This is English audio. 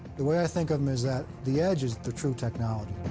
the way i think of them is that the edge is the true technology.